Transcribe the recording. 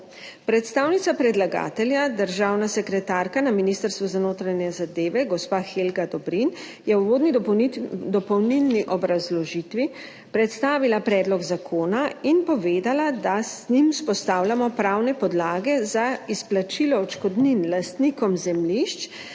Predstavnica predlagatelja, državna sekretarka na Ministrstvu za notranje zadeve gospa Helga Dobrin, je v uvodni dopolnilni obrazložitvi predstavila predlog zakona in povedala, da z njim vzpostavljamo pravne podlage za izplačilo odškodnin lastnikom zemljišč,